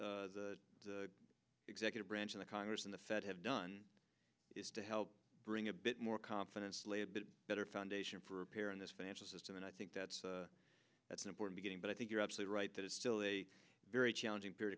the executive branch of the congress and the fed have done to help bring a bit more confidence lay a bit better foundation for repairing this financial system and i think that's that's an important getting but i think you're absolutely right that it's still a very challenging period